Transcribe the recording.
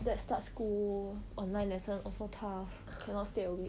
then start school online lessons also tough cannot stay awake